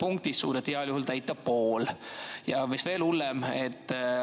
punktist suudeti heal juhul täita pool. Ja mis veel hullem,